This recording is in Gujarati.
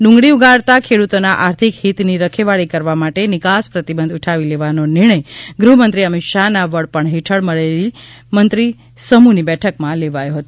ડુંગળી ઉગાડતા ખેડૂતોના આર્થિક હિતની રખેવાળી કરવા માટે નિકાસ પ્રતિબંધ ઉઠાવી લેવાનો નિર્ણય ગૃહમંત્રી અમિત શાહના વડપણ હેઠળ મળેલી મંત્રી સમૂહ ની બેઠકમાં લેવાયો હતો